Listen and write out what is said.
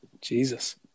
Jesus